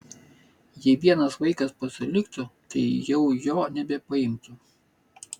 jei vienas vaikas pasiliktų tai jau jo nebepaimtų